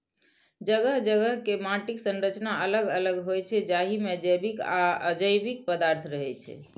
जगह जगह के माटिक संरचना अलग अलग होइ छै, जाहि मे जैविक आ अजैविक पदार्थ रहै छै